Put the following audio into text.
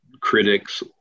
critics